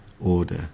order